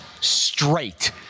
straight